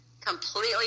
completely